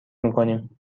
میکنیم